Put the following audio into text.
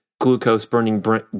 glucose-burning